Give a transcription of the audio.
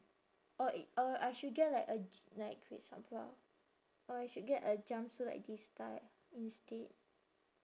or eh uh I should get like a j~ like or I should get a jumpsuit like this style instead